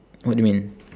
what do you mean